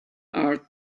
art